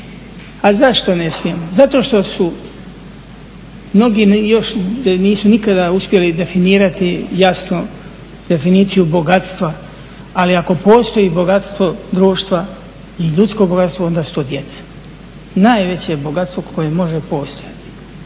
A zašto ne smijemo? Zato što mnogi još nisu nikada uspjeli definirati jasno definiciju bogatstva, ali ako postoji bogatstvo društva i ljudsko bogatstvo onda su to djeca. Najveće bogatstvo koje može postojati.